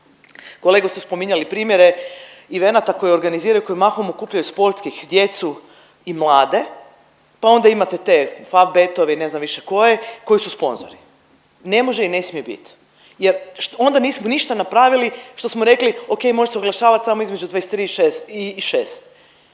Kolege su spominjali primjere evenata koje organiziraju koji mahom okupljaju sportskih djecu i mlade, pa onda imate te Favbetove i ne znam više koji su sponzori. Ne može i ne smije biti jer onda nismo ništa napravili što smo rekli ok može se oglašavati samo između 23 i 6.